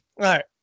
right